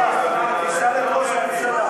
תשאל את ראש הממשלה.